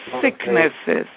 sicknesses